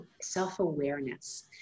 self-awareness